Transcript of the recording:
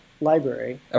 library